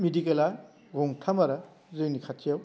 मेडिकेला गंथाम आरो जोंनि खाथियाव